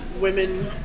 women